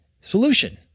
solution